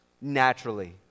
naturally